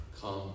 Come